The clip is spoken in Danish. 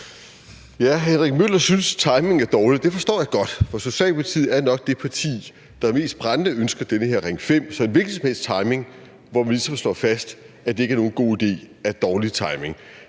Henrik Møller synes, at timingen er dårlig. Det forstår jeg godt, for Socialdemokratiet er nok det parti, der mest brændende ønsker den her Ring 5, så en hvilken som helst timing, hvor vi ligesom slår fast, at det ikke er nogen god idé, er dårlig timing.